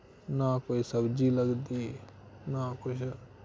ना कोई सब्ज़ी लगदी ना कुछ